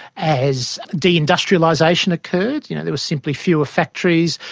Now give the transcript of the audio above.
as deindustrialisation occurred you know there were simply fewer factories,